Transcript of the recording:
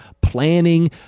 planning